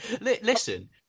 listen